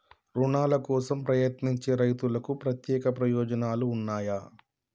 రుణాల కోసం ప్రయత్నించే రైతులకు ప్రత్యేక ప్రయోజనాలు ఉన్నయా?